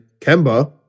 Kemba